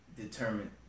determined